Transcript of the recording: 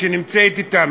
שנמצאת אתנו,